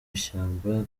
ishyamba